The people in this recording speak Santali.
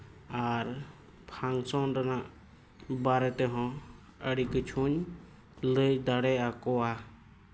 ᱟᱨ ᱯᱷᱟᱱᱥᱚᱱ ᱨᱮᱱᱟᱜ ᱵᱟᱨᱮ ᱛᱮᱦᱚᱸ ᱟᱹᱰᱤ ᱠᱤᱪᱷᱩᱧ ᱞᱟᱹᱭ ᱫᱟᱲᱮ ᱟᱠᱚᱣᱟ